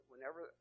Whenever